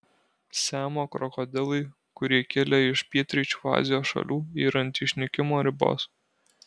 siamo krokodilai kurie kilę iš pietryčių azijos šalių yra ant išnykimo ribos